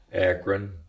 Akron